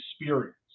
experience